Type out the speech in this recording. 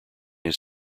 his